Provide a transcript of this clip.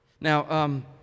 Now